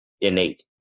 innate